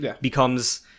becomes